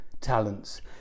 talents